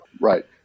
Right